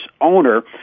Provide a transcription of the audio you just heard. owner